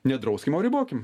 nedrauskim o ribokim